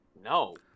No